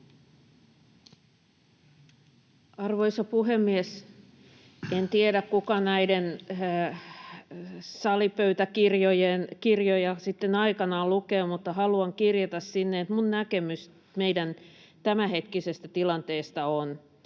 Arvoisa puhemies! En tiedä, kuka näitä salipöytäkirjoja sitten aikanaan lukee, mutta haluan kirjata tänne, että minun näkemykseni meidän tämänhetkisestä tilanteestamme on,